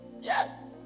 Yes